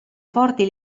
forti